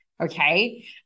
okay